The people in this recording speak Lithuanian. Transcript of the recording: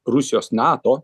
rusijos nato